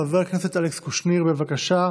חבר הכנסת אלכס קושניר, בבקשה,